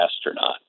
astronaut